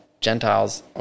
Gentiles